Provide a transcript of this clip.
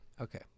Okay